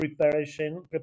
preparation